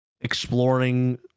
exploring